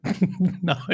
no